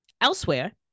Elsewhere